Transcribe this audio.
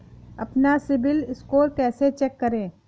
अपना सिबिल स्कोर कैसे चेक करें?